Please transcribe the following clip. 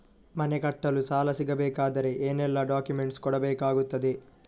ಮನೆ ಕಟ್ಟಲು ಸಾಲ ಸಿಗಬೇಕಾದರೆ ಏನೆಲ್ಲಾ ಡಾಕ್ಯುಮೆಂಟ್ಸ್ ಕೊಡಬೇಕಾಗುತ್ತದೆ?